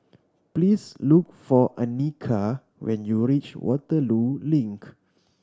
please look for Annika when you reach Waterloo Link